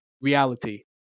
reality